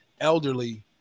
elderly